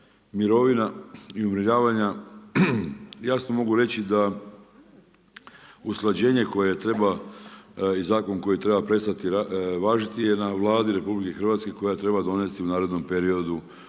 mirovina i umirovljivanja, jasno mogu reći da usklađenje koje treba i zakon koji treba prestati važiti je na Vladi RH koja treba donesti u narednom periodu